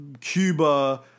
Cuba